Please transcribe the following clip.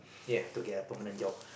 to get a permanent job